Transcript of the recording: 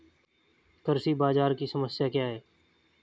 कृषि बाजार की समस्या क्या है?